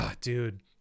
dude